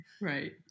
right